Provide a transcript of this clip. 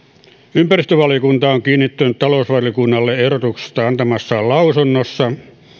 ympäristövaliokunta on kiinnittänyt talousvaliokunnalle ehdotuksesta antamassaan lausunnossa